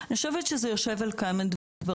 אני חושבת שזה יושב על כמה דברים.